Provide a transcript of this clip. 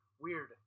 Weird